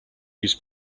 use